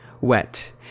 wet